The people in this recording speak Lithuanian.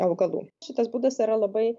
augalų šitas būdas yra labai